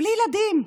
בלי ילדים.